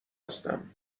هستم